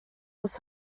was